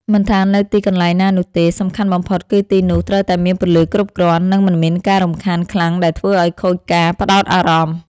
មិនថានៅទីកន្លែងណានោះទេ សំខាន់បំផុតគឺទីនោះត្រូវតែមានពន្លឺគ្រប់គ្រាន់ និងមិនមានការរំខានខ្លាំងដែលធ្វើឱ្យខូចការផ្ដោតអារម្មណ៍។